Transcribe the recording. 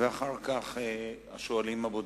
ואחר כך השואלים הבודדים.